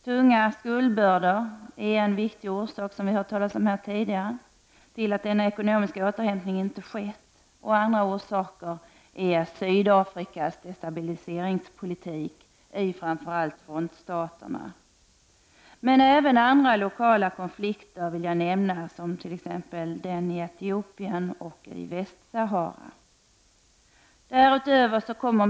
Tunga skuldbördor är, som vi har hört här tidigare, en viktig orsak till att ekonomisk återhämtning inte har skett. En annan orsak är Sydafrikas destabiliseringspolitik i framför allt frontstaterna. Men även andra lokala konflikter kan jag nämna, t.ex. den i Etiopien och den i Västsahara.